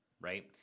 right